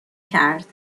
کرد